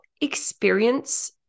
experience